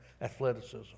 athleticism